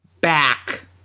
back